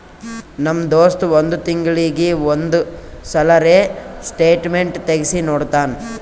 ನಮ್ ದೋಸ್ತ್ ಒಂದ್ ತಿಂಗಳೀಗಿ ಒಂದ್ ಸಲರೇ ಸ್ಟೇಟ್ಮೆಂಟ್ ತೆಗ್ಸಿ ನೋಡ್ತಾನ್